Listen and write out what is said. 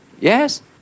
Yes